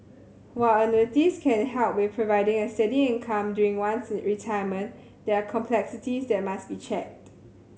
while annuities can help with providing a steady income during one's retirement there are complexities that must be checked